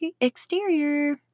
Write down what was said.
exterior